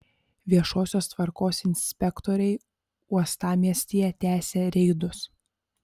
viešosios tvarkos inspektoriai uostamiestyje tęsia reidus